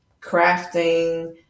crafting